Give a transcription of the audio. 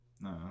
No